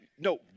No